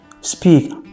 speak